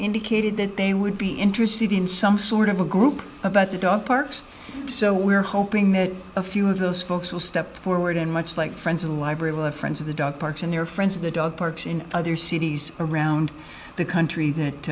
indicated that they would be interested in some sort of a group about the dog parks so we're hoping that a few of those folks will step forward and much like friends of the library will have friends of the dog parks and their friends of the dog parks in other cities around the country that